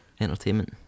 entertainment